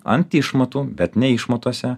ant išmatų bet ne išmatose